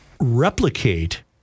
replicate